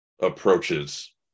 approaches